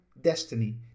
destiny